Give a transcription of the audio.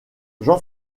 jean